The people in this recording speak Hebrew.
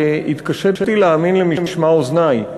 התקשיתי להאמין למשמע אוזני,